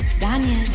Daniel